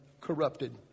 corrupted